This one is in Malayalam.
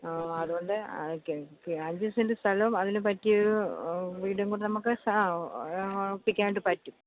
ആ അതുകൊണ്ട് അഞ്ച് സെൻറ്റ് സ്ഥലവും അതിനുപറ്റിയ വീടും കൂടെ നമുക്ക് ആ ഒപ്പിക്കാനായിട്ട് പറ്റും